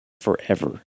forever